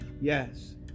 Yes